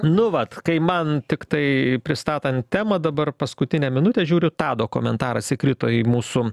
nu vat kai man tiktai pristatant temą dabar paskutinę minutę žiūriu tado komentaras įkrito į mūsų